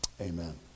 Amen